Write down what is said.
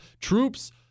troops